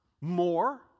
more